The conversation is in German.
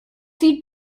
sie